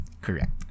Correct